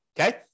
okay